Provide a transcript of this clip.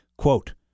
Quote